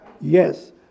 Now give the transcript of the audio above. Yes